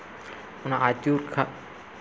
ᱚᱱᱟ ᱟᱹᱪᱩᱨ ᱠᱟᱜ